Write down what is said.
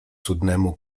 cudnemu